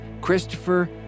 Christopher